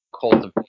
cultivate